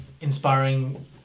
inspiring